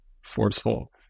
forceful